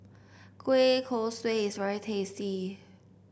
Kueh Kosui is very tasty